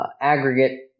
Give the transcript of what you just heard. aggregate